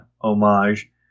homage